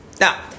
Now